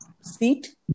seat